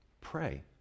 Pray